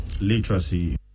literacy